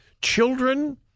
children